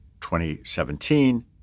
2017